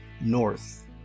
North